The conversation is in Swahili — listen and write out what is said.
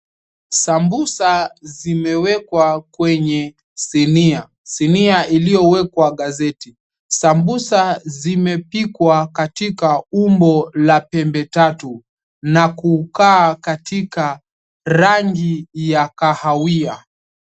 Sambusa zimewekwa kwenye sinia. Sinia iliyowekwa gazeti. Sambusa zimepikwa katika umbo la pembe tatu na kukaa katika rangi ya kahawia.